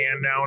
now